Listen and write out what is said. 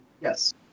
Yes